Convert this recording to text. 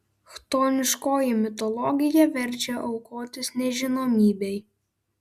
chtoniškoji mitologija verčia aukotis nežinomybei